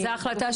זו החלטה